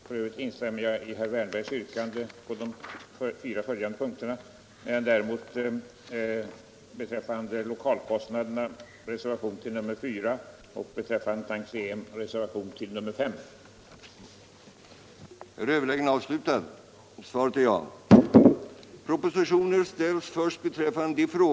I övrigt instämmer jag i herr Wärnbergs yrkanden på de fyra följande punkterna, medan jag däremot beträffande lokalkostnader yrkar bifall till reservationen 4 och beträffande tantiem m.m. yrkar bifall till reservationen 5.